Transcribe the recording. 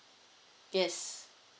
yes